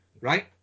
right